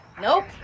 Nope